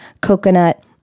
coconut